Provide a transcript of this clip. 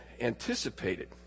anticipated